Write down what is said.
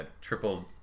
triple